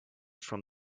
from